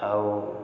ଆଉ